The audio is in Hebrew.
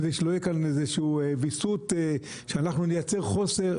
כדי שלא יהיה כאן איזשהו ויסות שנייצר חוסר,